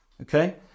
Okay